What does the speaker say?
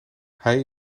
hij